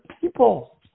people